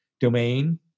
domain